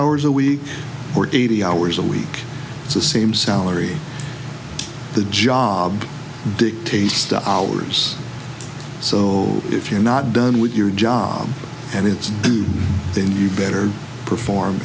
hours a week or eighty hours a week it's the same salary the job dictates stuff hours so if you're not done with your job and it's then you better perform